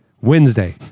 Wednesday